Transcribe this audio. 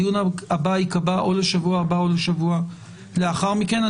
הדיון הבא ייקבע או לשבוע הבא או לשבוע לאחר מכן.